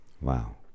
Wow